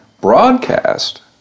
broadcast